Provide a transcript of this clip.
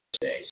today